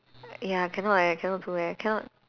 ya cannot eh cannot do eh cannot